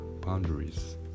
boundaries